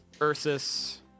Ursus